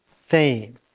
fame